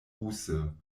ruse